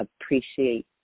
appreciate